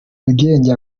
bwenge